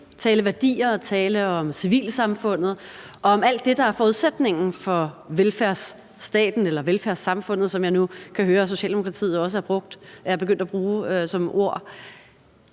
tale om værdier og tale om civilsamfundet og om alt det, der er forudsætningen for velfærdsstaten eller velfærdssamfundet, som jeg nu kan høre at Socialdemokratiet også er begyndt at bruge som ord.